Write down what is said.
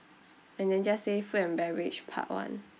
and then just say food and beverage part one